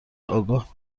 آگاه